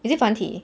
is it 团体